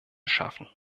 schaffen